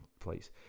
place